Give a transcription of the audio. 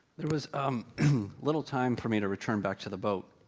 there was um little time for me to return back to the boat,